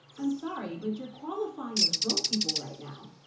i'm sorry, but you're qualifying as broke people right now.